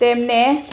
તેમને